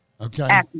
Okay